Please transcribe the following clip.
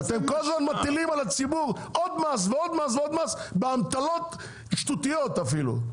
שאתם כל הזמן מטילים עוד מס ועוד מס באמתלות שטותיות אפילו.